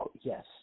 Yes